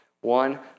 one